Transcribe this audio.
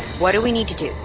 what do we need to do?